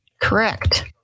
correct